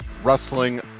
Wrestling